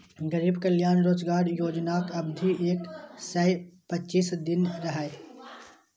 गरीब कल्याण रोजगार योजनाक अवधि एक सय पच्चीस दिन रहै